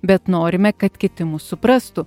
bet norime kad kiti mus suprastų